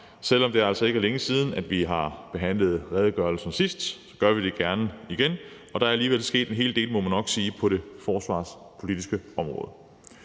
selv om det altså ikke er længe siden, vi har forhandlet redegørelsen sidst, så gør vi det gerne igen, og der er, må man nok sige, alligevel også sket en hel del på det forsvarspolitiske område.